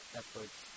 efforts